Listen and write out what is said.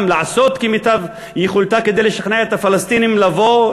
לעשות כמיטב יכולתו כדי לשכנע את הפלסטינים לבוא,